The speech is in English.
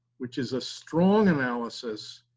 which is a strong analysis,